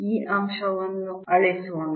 ಈ ಅಂಶವನ್ನು ಅಳಿಸೋಣ